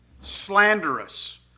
slanderous